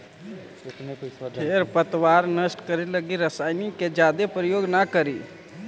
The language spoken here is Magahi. खेर पतवार नष्ट करे लगी रसायन के जादे प्रयोग न करऽ